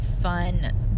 fun